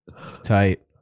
Tight